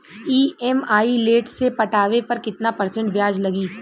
EMI late से पटावे पर कितना परसेंट ब्याज लगी?